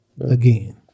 again